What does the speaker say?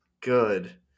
good